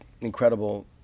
incredible